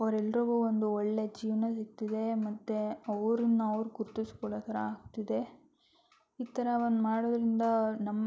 ಅವ್ರೆಲ್ರಿಗೂ ಒಂದೊಳ್ಳೆಯ ಜೀವನ ಸಿಕ್ತಿದೆ ಮತ್ತು ಅವರನ್ನ ಅವ್ರ ಗುರುತಿಸ್ಕೊಳ್ಳೋ ಥರ ಆಗ್ತಿದೆ ಈ ಥರ ಒಂದು ಮಾಡೋದರಿಂದ ನಮ್ಮ